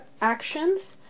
actions